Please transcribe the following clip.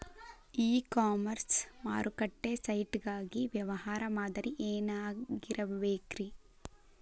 E commerce ಮಾರುಕಟ್ಟೆ site ಗಾಗಿ ವ್ಯವಹಾರ ಮಾದರಿ ಏನಾಗಿರಬೇಕ್ರಿ?